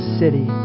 city